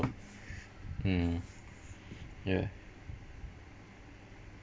mm yeah